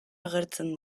agertzen